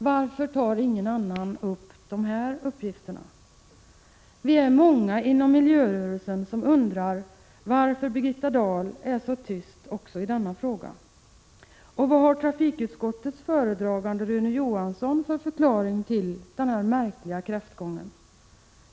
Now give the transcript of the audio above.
Varför tar ingen annan upp dessa uppgifter? Vi är många inom miljörörelsen som undrar varför Birgitta Dahl är så tyst också i denna fråga. Och vad har trafikutskottets föredragande Rune Johansson för förklaring till denna märkliga kräftgång?